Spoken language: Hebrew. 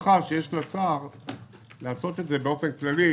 אבל אותה הסמכה שיש לשר לעשות את זה באופן כללי,